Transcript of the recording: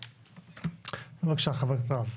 כן, בבקשה, חבר הכנסת רז.